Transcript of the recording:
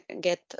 get